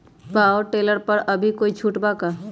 Power tiller पर अभी कोई छुट बा का?